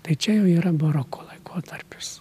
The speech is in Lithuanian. tai čia jau yra baroko laikotarpis